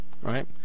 Right